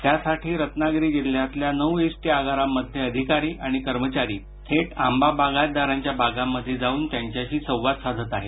त्यासाठी रत्नागिरी जिल्ह्यातल्या नऊ एसटी आगारांमधले अधिकारी आणि कर्मचारी थेट आंबा बागायतदारांच्या बागांमध्ये जाऊन त्यांच्याशी संवाद साधत आहेत